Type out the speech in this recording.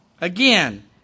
Again